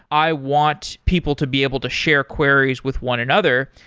i want people to be able to share queries with one another.